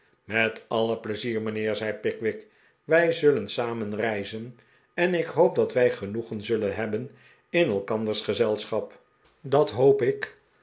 met alle pleizier mijnheer zei pickwick wij zullensamen reizen en ik hoop dat wij genoegen zullen hebben in elkanders gez els chap dat hoop ik